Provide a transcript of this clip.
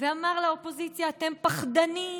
ואמר לאופוזיציה: אתם פחדנים.